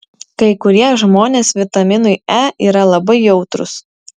kai kurie žmonės vitaminui e yra labai jautrūs